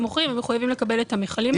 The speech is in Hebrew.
הם מוכרים מחויבים לקבל את המיכלים האלה.